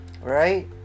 Right